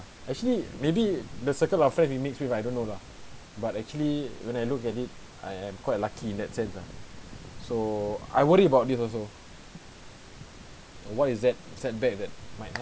actually maybe the circle of friends you mix with I don't know lah but actually when I look at it I am quite lucky in that sense lah so I worry about this also what is that setback that might